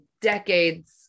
decades